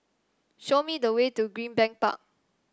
show me the way to Greenbank Park